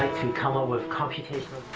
and come up with computational.